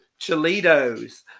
Cholitos